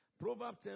Proverbs